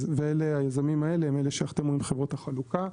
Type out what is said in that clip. והיזמים האלה אחראים מול חברות החלוקה.